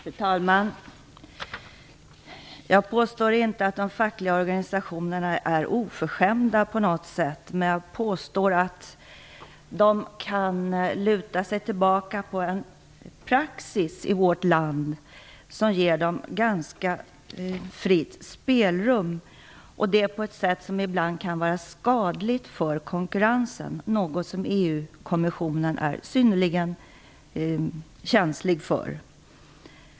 Fru talman! Jag påstår inte att de fackliga organisationerna är oförskämda på något sätt. Men jag påstår att de kan luta sig tillbaka på en praxis i vårt land som ger dem ganska fritt spelrum, och det på ett sätt som ibland kan vara skadligt för konkurrensen - något som EU-kommissionen är synnerligen känslig för.